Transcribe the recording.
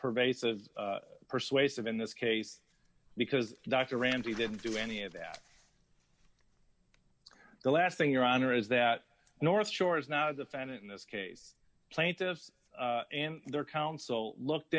pervasive persuasive in this case because dr ramsey didn't do any of that the last thing your honor is that north shore is not a defendant in this case plaintiffs and their counsel looked